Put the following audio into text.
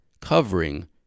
covering